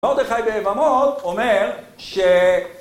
מרדכי בבמות אומר ש...